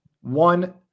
One